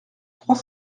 trois